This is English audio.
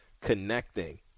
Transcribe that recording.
connecting